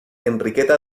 enriqueta